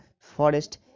forest